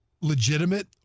legitimate